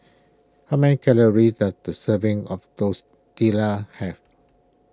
how many calories does a serving of Tortillas have